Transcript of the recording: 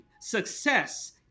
success